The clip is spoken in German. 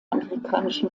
amerikanischen